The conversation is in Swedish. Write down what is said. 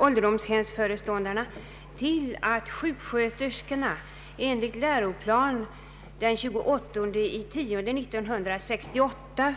Ålderdomshemsföreståndarna hänvisar till att sjuksköterskorna enligt läroplan från skolöverstyrelsen den 28 oktober 1968